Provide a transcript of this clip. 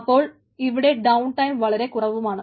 അപ്പോൾ ഇവിടെ down time വളരെ കുറവുമാണ്